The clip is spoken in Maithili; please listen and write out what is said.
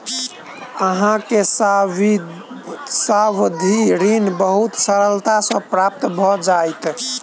अहाँ के सावधि ऋण बहुत सरलता सॅ प्राप्त भ जाइत